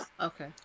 Okay